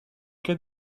cas